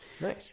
Nice